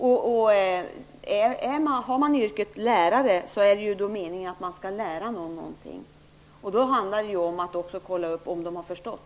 Är man till yrket lärare, är det meningen att man skall lära ut någonting. Det handlar då också om att kolla upp om eleverna har förstått.